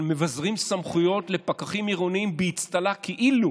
מבזרים סמכויות לפקחים עירוניים באצטלה, כאילו